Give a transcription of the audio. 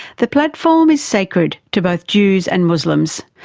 the platform is sacred to both jews and muslims,